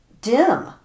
dim